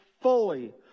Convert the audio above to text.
fully